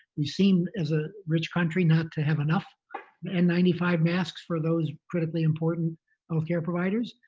we seem as a rich country not to have enough n nine five masks for those critically important healthcare providers,